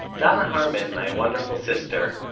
danna harman, my wonderful sister,